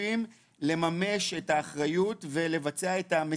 דיווחים בתחילת פינוי ההריסות מה